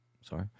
sorry